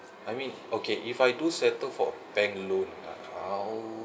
I mean okay if I do settle for bank loan ah how